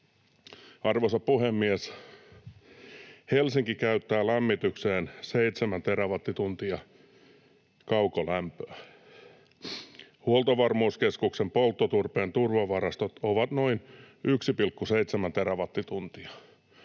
Arvoisa puhemies! Helsinki käyttää lämmitykseen seitsemän terawattituntia kaukolämpöä. Huoltovarmuuskeskuksen polttoturpeen turvavarastot ovat noin 1,7 terawattituntia.